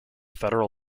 federal